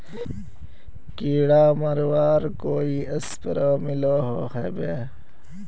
कीड़ा मरवार कोई स्प्रे मिलोहो होबे?